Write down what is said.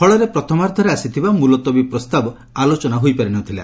ଫଳରେ ପ୍ରଥମାର୍ଦ୍ଧରେ ଆସିଥିବା ମୁଲତବୀ ପ୍ରସ୍ତାବ ଆଲୋଚନା ହୋଇପାରି ନଥିଲା